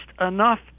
enough